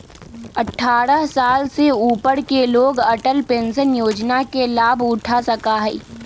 अट्ठारह साल से ऊपर के लोग अटल पेंशन योजना के लाभ उठा सका हई